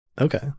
Okay